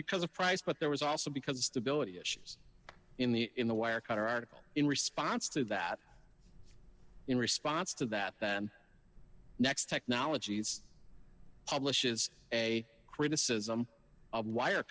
because of price but there was also because the ability issues in the in the wire cutter article in response to that in response to that next technology it's publishes a criticism of wire